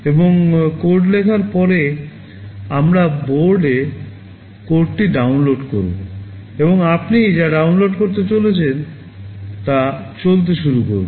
এবং কোড লেখার পরে আমরা বোর্ডে কোডটি ডাউনলোড করব এবং আপনি যা ডাউনলোড করেছেন তা চলতে শুরু করবে